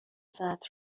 ساعت